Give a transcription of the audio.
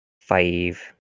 five